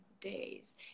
days